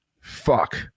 fuck